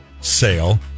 sale